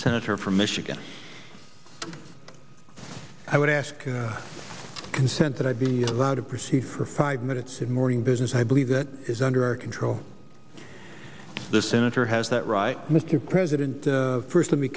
senator from michigan i would ask consent that i be allowed to proceed for five minutes it morning business i believe that is under our control the senator has that right mr president first